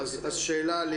תודה,